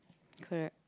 correct